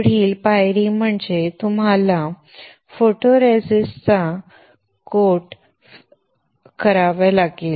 पुढील पायरी म्हणजे तुम्हाला फोटोरेसिस्टचा कोट फिरवावा लागेल